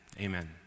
Amen